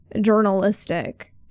journalistic